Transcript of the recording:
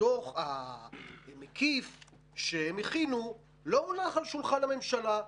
שהדוח המקיף שהם הכינו לא הונח על שולחן הממשלה.